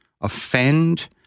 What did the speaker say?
offend